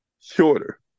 shorter